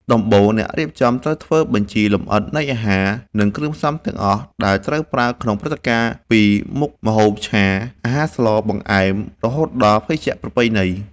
ដំបូង អ្នករៀបចំត្រូវធ្វើបញ្ជីលម្អិតនៃអាហារ និងគ្រឿងផ្សំទាំងអស់ ដែលត្រូវប្រើក្នុងព្រឹត្តិការណ៍ពីមុខម្ហូបឆា អាហារស្ល បង្អែម រហូតដល់ភេសជ្ជៈប្រពៃណី។